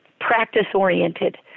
practice-oriented